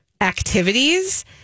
activities